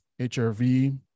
HRV